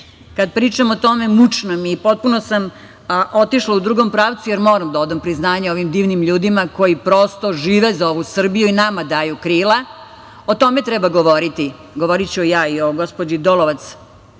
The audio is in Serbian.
kada pričam o tome, mučno mi je i potpuno sam otišla u drugom pravcu, jer moram da odam priznanje ovim divnim ljudima koji prosto žive za ovu Srbiju i nama daju krila. O tome treba govoriti. Govoriću i o gospođi Dolovac,